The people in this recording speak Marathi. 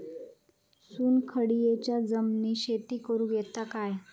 चुनखडीयेच्या जमिनीत शेती करुक येता काय?